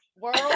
world